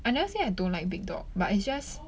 I never say I don't like big dog but it's just